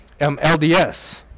LDS